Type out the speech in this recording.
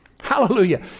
Hallelujah